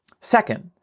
Second